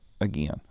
again